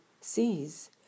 sees